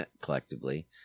collectively